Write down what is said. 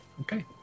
Okay